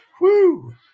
Woo